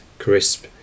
CRISP